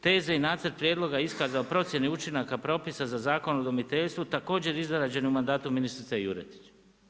Teze i nacrt prijedloga iskaza o procjeni učinaka propisa za Zakon o udomiteljstvu također izrađen u mandatu ministrice Juretić.